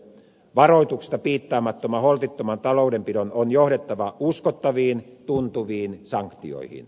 varoituksista piittaamattoman holtittoman taloudenpidon on johdettava uskottaviin tuntuviin sanktioihin